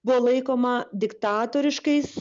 buvo laikoma diktatoriškais